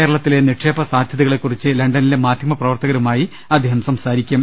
കേരളത്തിലെ നിക്ഷേപ സാധ്യതകളെകുറിച്ച് ലണ്ടനിലെ മാധ്യ മപ്രവർത്തകരുമായി അദ്ദേഹം സംസാരിക്കും